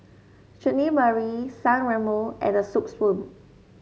Chutney Mary San Remo and The Soup Spoon